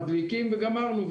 מדליקים וגמרנו.